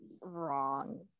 wrong